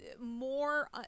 more